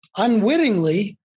Unwittingly